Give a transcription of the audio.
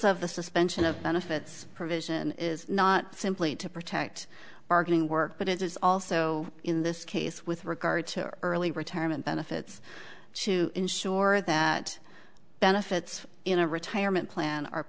of the suspension of benefits provision is not simply to protect bargaining work but it is also in this case with regard to early retirement benefits to ensure that benefits in a retirement plan are